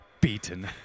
beaten